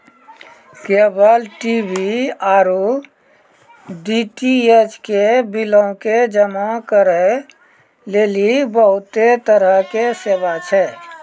cable TV आरु DTH के बिलो के जमा करै लेली बहुते तरहो के सेवा छै